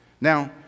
Now